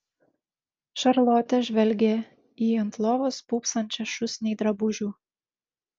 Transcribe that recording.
šarlotė žvelgė į ant lovos pūpsančią šūsnį drabužių